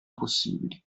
possibili